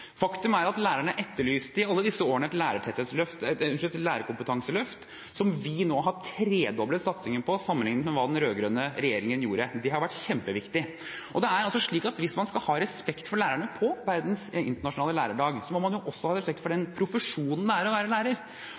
Faktum er at lærerne i alle disse årene etterlyste et lærerkompetanseløft, som vi nå har tredoblet satsingen på, sammenlignet med hva den rød-grønne regjeringen gjorde. Det har vært kjempeviktig. Hvis man skal ha respekt for lærerne på verdens internasjonale lærerdag, må man også ha respekt for den profesjonen det er å være lærer.